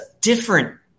different